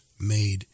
made